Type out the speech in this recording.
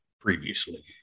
Previously